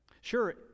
Sure